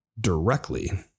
directly